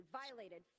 violated